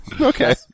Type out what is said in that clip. Okay